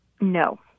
no